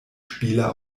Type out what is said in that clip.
spieler